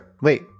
Wait